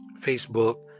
Facebook